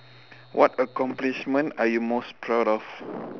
what accomplishment are you most proud of